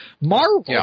Marvel